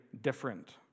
different